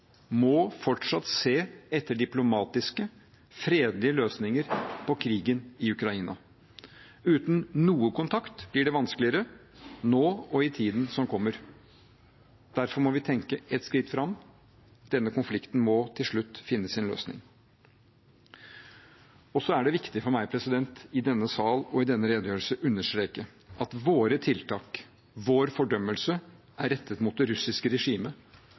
må fortsatt se etter diplomatiske, fredelige løsninger på krigen i Ukraina. Uten noe kontakt blir det vanskeligere, nå og i tiden som kommer. Derfor må vi tenke et skritt fram. Denne konflikten må til slutt finne sin løsning. Det er viktig for meg i denne sal og i denne redegjørelse å understreke at våre tiltak og vår fordømmelse er rettet mot det russiske regimet,